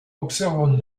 observons